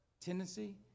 tendency